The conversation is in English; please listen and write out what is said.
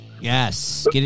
Yes